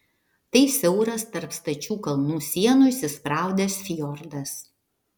tai siauras tarp stačių kalnų sienų įsispraudęs fjordas